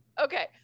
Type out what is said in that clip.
Okay